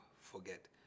forget